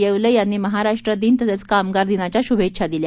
येवले यांनी महाराष्ट्र दिन तसंच कामगार दिनाच्या शुभेच्छा दिल्या